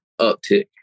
uptick